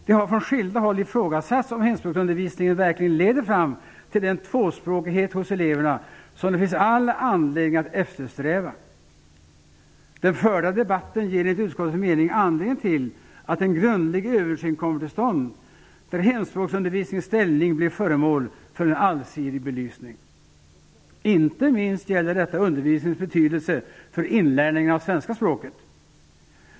Det har från skilda håll ifrågasatts om hemspråksundervisningen verkligen leder fram till den tvåspråkighet hos eleverna som det finns all anledning att eftersträva. Den förda debatten ger enligt utskottets mening anledning till en grundlig översyn, där hemspråksundervisningens ställning blir föremål för en allsidig belysning. Inte minst gäller detta undervisningens betydelse för inlärningen av svenska språket.